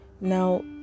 now